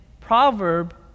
proverb